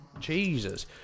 Jesus